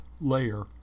layer